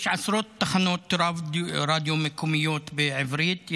יש עשרות תחנות רדיו מקומיות בעברית,